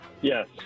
Yes